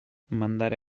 mandare